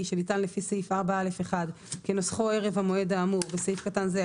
שניתן לפי סעיף 4א1 כנוסחו ערב המועד האמור (בסעיף קטן זה,